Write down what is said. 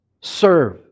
Serve